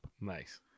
Nice